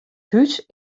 hús